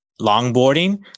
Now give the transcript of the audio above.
longboarding